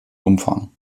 umfang